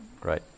Great